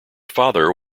father